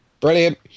Brilliant